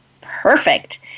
Perfect